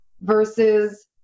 versus